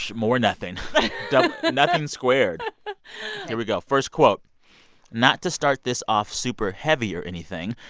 more nothing nothing squared. here we go. first quote not to start this off super heavy or anything,